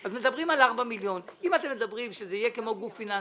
הוא לא מדבר על עתירה מנהלית.